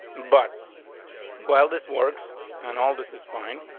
but while this works on, all this is fine.